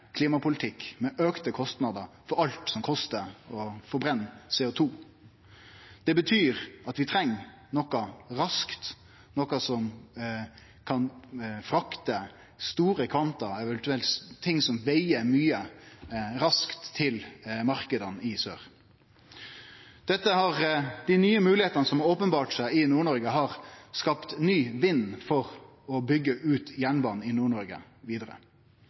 klimapolitikk, med auka kostnader for alt som kostar å forbrenne CO2. Det betyr at vi treng noko raskt, noko som kan frakte store kvanta – eventuelt ting som veg mykje – raskt til marknadene i sør. Dei nye moglegheitene som har openberra seg i Nord-Noreg, har skapt ny vind for å byggje ut jernbanen i